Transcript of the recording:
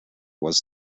was